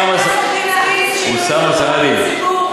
אוסאמה סעדי,